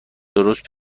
درست